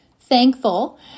Thankful